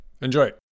Enjoy